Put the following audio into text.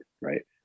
right